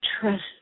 trust